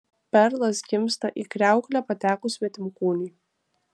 perlas gimsta į kriauklę patekus svetimkūniui